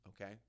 okay